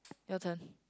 your turn